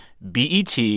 BET